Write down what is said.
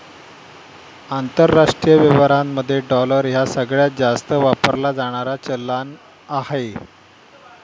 आंतरराष्ट्रीय व्यवहारांमध्ये डॉलर ह्या सगळ्यांत जास्त वापरला जाणारा चलान आहे